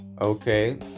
Okay